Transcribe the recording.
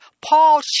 Paul